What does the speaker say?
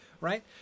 right